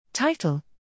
Title